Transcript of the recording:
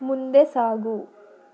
ಮುಂದೆ ಸಾಗು